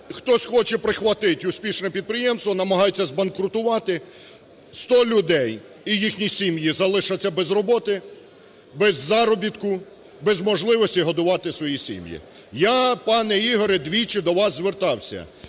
хтось хоче прихватити успішне підприємство, намагається збанкрутувати, 100 людей і їхні сім'ї залишаться без роботи, без заробітку, без можливості годувати свої сім'ї. Я, пане Ігоре, двічі до вас звертався